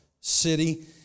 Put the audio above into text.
city